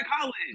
college